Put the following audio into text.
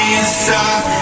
inside